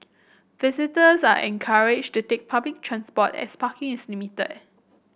visitors are encouraged to take public transport as parking is limited